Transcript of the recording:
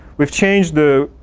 we've change the